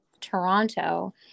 Toronto